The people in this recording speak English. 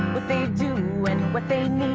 what they do and what they